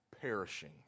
perishing